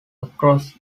across